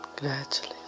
gradually